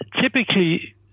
typically